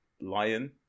Lion